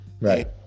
Right